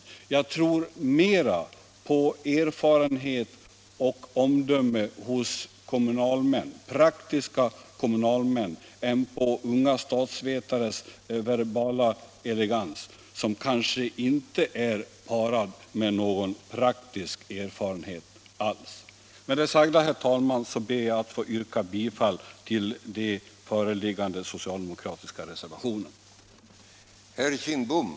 Ja, jag tror mer på erfarenhet och omdöme hos praktiskt arbetande kommunalmän än på unga statsvetares verbala elegans, som kanske inte är parad med någon praktisk erfarenhet alls. Med det sagda, herr talman, ber jag att få yrka bifall till de föreliggande socialdemokratiska reservationerna.